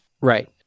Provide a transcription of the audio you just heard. Right